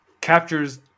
captures